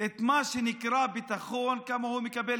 את מה שנקרא "הביטחון", כמה כסף הוא מקבל,